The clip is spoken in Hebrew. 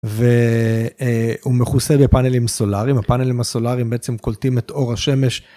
והוא מכוסה בפאנלים סולאריים, הפאנלים הסולאריים בעצם קולטים את אור השמש.